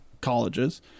colleges